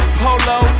polo